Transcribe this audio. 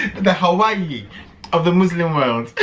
the hawaii i mean of the muslim world